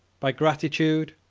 by gratitude,